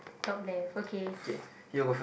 top left okay